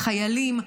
לחיילים,